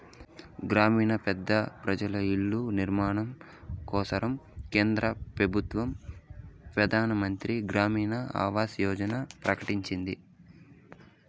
గ్రామీణ పేద పెజలకు ఇల్ల నిర్మాణం కోసరం కేంద్ర పెబుత్వ పెదానమంత్రి గ్రామీణ ఆవాస్ యోజనని ప్రకటించింది